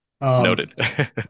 noted